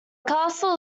castle